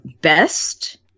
best